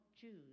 choose